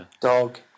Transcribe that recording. dog